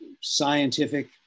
scientific